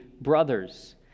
brothers